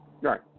Right